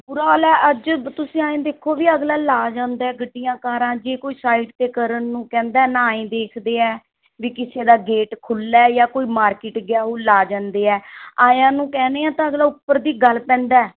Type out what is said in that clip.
ਬੁਰਾ ਹਾਲ ਹੈ ਅੱਜ ਤੁਸੀਂ ਐਂ ਦੇਖੋ ਵੀ ਅਗਲਾ ਲਾ ਜਾਂਦਾ ਗੱਡੀਆਂ ਕਾਰਾਂ ਜੇ ਕੋਈ ਸਾਇਡ 'ਤੇ ਕਰਨ ਨੂੰ ਕਹਿੰਦਾ ਨਾ ਆਂਈਂ ਦੇਖਦੇ ਹੈ ਵਈ ਕਿਸੇ ਦਾ ਗੇਟ ਖੁੱਲ੍ਹਾ ਹੈ ਜਾਂ ਕੋਈ ਮਾਰਕੀਟ ਗਿਆ ਊ ਲਾ ਜਾਂਦੇ ਹੈ ਆਇਆ ਨੂੰ ਕਹਿੰਦੇ ਹੈ ਤਾਂ ਅਗਲਾ ਉੱਪਰ ਦੀ ਗਲ ਪੈਂਦਾ